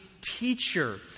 teacher